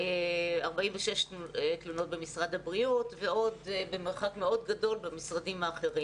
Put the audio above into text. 46 תלונות במשרד הבריאות ובמשרדים האחרים.